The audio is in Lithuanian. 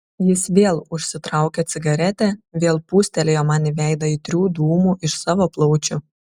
jis vėl užsitraukė cigaretę vėl pūstelėjo man į veidą aitrių dūmų iš savo plaučių